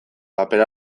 paper